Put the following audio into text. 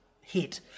hit